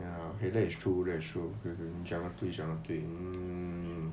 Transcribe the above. ya eh that is true that is true true